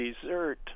dessert